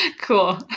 Cool